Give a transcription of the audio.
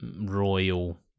royal